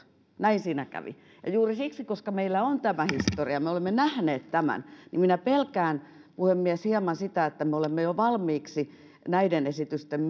näin siinä kävi ja juuri siksi koska meillä on tämä historia me olemme nähneet tämän minä pelkään puhemies hieman sitä että me olemme jo valmiiksi näiden esitysten